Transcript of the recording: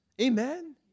amen